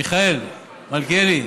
מיכאל, מלכיאלי,